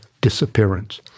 disappearance